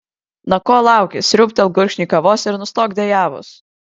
na ko lauki sriūbtelk gurkšnį kavos ir nustok dejavus